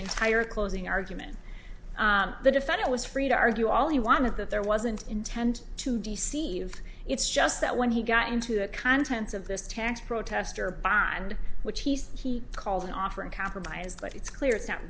entire closing argument the defendant was free to argue all he wanted that there wasn't intent to deceive it's just that when he got into the contents of this tax protester bar and which he said he called an offer in compromise but it's clear it's not